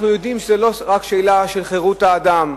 אנחנו יודעים שזאת לא רק שאלה של חירות האדם,